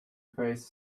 faced